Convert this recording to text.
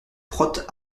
prote